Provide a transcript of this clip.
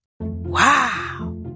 Wow